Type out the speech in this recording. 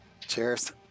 cheers